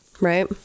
Right